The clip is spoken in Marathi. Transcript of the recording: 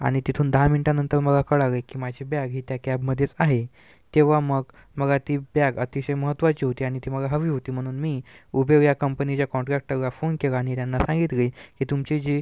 आणि तिथून दहा मिनिटानंतर मला कळले की माझी बॅग ही त्या कॅबमध्येच आहे तेव्हा मग मला ती बॅग अतिशय महत्त्वाची होती आणि ती मला हवी होती म्हणून मी उबेर या कंपनीच्या कॉन्ट्रॅक्टरला फोन केला आणि त्यांना सांगितले की तुमची जी